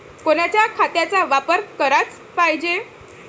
कोनच्या खताचा वापर कराच पायजे?